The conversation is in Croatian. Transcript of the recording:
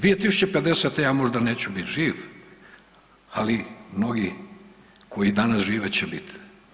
2050. ja možda neću biti živ, ali mnogi koji danas žive će biti.